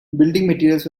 materials